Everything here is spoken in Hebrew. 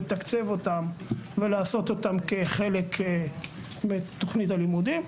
לתקצב אותם ולעשות אותם כחלק מתוכנית הלימודים.